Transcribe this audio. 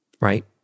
right